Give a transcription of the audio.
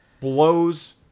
blows